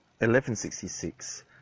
1166